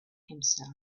himself